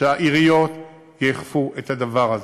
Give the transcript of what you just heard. שהעיריות יאכפו את הדבר הזה.